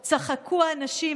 / צחקו האנשים,